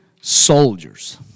soldiers